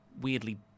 weirdly